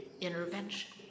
intervention